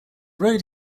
road